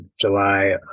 July